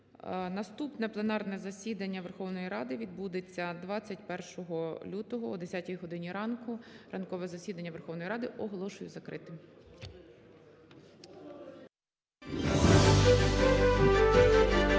Наступне пленарне засідання Верховної Ради відбудеться 21 лютого о 10 годині ранку. Ранкове засідання Верховної Ради оголошую закритим.